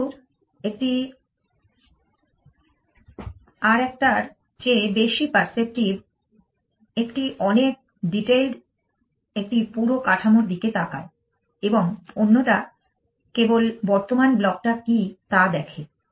কিন্তু একটি আর একটার চেয়ে বেশি পার্সেপটিভ একটি অনেক ডিটেলড একটি পুরো কাঠামোর দিকে তাকায় এবং অন্যটা কেবল বর্তমান ব্লকটা কী তা দেখে